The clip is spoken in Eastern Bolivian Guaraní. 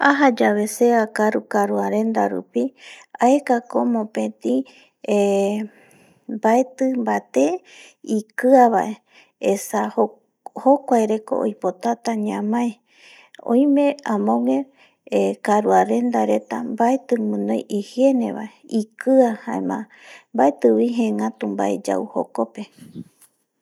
Aja yave se akaru karuarenda rupi aekako mopeti eh baeti bate ikia vae esa jokuae reko oipotata ñamae oime amowe karuarenda reta baeti winoi higiene vae ikia jaema baetibi jegatu bae yau jokope.